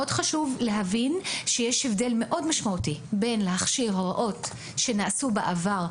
מאוד חשוב להבין שיש הבדל מאוד משמעותי בין להכשיר הוראות שנעשו בעבר,